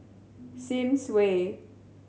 Sims Way